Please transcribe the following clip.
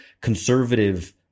conservative